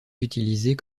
utilisés